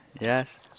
Yes